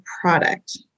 product